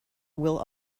will